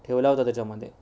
ठेवला होता त्याच्यामध्ये